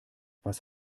was